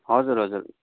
हजुर हजुर